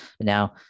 Now